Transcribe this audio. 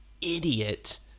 idiot